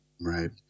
Right